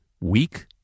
weak